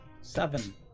Seven